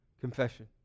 confession